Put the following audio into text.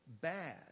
bad